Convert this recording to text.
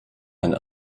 and